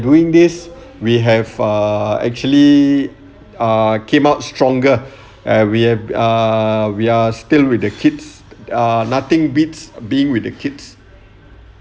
doing this we have err actually uh came out stronger and we have err we are still with the kids uh nothing beats being with the kids